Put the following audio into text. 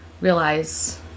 realize